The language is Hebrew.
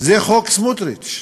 זה חוק סמוטריץ.